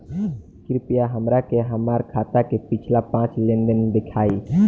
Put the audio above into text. कृपया हमरा के हमार खाता के पिछला पांच लेनदेन देखाईं